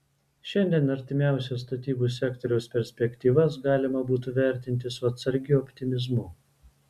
šiandien artimiausias statybų sektoriaus perspektyvas galima būtų vertinti su atsargiu optimizmu